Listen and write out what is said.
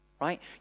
Right